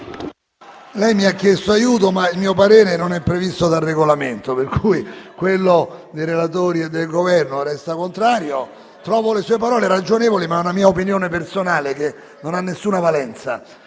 lei mi ha chiesto aiuto, ma il mio parere non è previsto dal Regolamento. Quello dei relatori e del Governo resta contrario. Trovo le sue parole ragionevoli, ma è una mia opinione personale che non ha alcuna valenza.